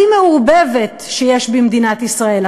הכי מעורבבת שיש במדינת ישראל.